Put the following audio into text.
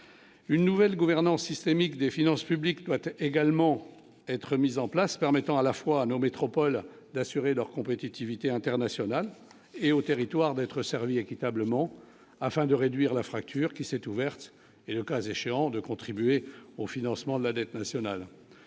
une nouvelle gouvernance systémique des finances publiques doit être également être mis en place permettant à la fois nos métropoles d'assurer leur compétitivité internationale et aux territoires d'être servi équitablement afin de réduire la fracture qui s'est ouverte et, le cas échéant de contribuer au financement de la dette nationale,